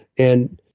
and